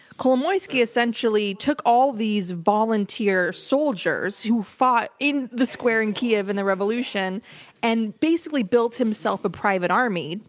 kolomoyskyi essentially took all these volunteer soldiers who fought in the square in kyiv in the revolution and basically built himself a private army.